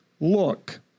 look